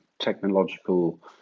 technological